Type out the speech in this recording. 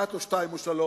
אחת או שתיים או שלוש.